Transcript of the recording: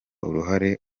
uruhare